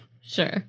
Sure